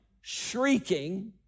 shrieking